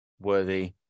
Worthy